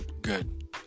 Good